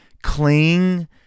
Cling